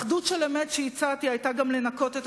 אחדות של אמת שהצעתי היתה גם לנקות את